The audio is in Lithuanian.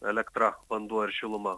elektra vanduo ir šiluma